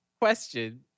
question